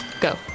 go